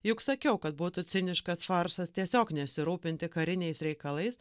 juk sakiau kad būtų ciniškas farsas tiesiog nesirūpinti kariniais reikalais